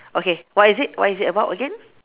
okay what is it what is it about again